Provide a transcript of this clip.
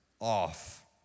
off